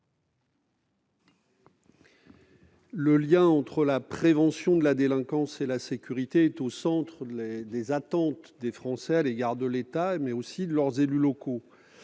Le lien entre prévention de la délinquance et sécurité est au centre des attentes des Français à l'égard de l'État, mais aussi de leurs élus locaux.